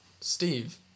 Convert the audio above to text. Steve